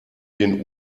den